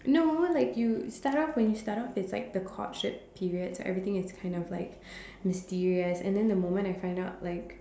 no like you start off when you start off it's like the courtship period so everything is kind of like mysterious and then the moment I find out like